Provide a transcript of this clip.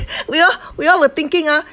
we all we all were thinking ah